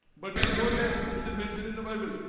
but you know that it is mentioned in the bible,